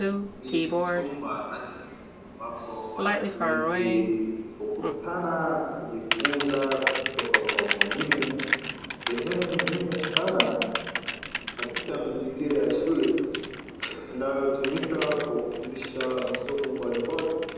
Hii ni chumba rasmi ambapo wanafunzi hukutana na kujifunza kutoka kwa mwalimu. Sehemu muhimu sana katika mazingira ya shule inayotumika kufundisha masomo mbalimbali.